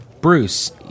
Bruce